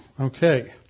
Okay